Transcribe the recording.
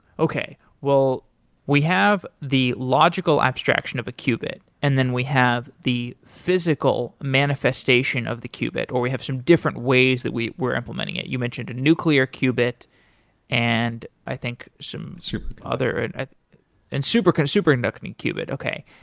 okay, well we have the logical abstraction of a qubit and then we have the physical manifestation of the qubit or we have some different ways that we were implementing it. you mentioned a nuclear qubit and i think some other and and super kind of super inducting qubit, okay.